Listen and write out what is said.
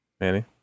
Manny